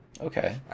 Okay